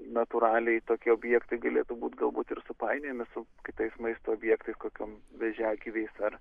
natūraliai tokie objektai galėtų būt galbūt ir supainiojami su kitais maisto objektais kokiom vėžiagyviais ar